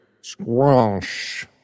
Squash